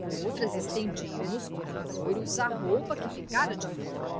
outras estendiam nos coradouros a roupa que ficara de molho